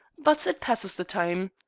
but it passes the time.